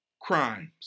crimes